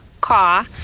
car